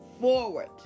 forward